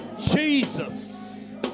Jesus